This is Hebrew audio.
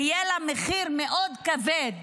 יהיה לה מחיר מאוד כבד